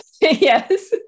Yes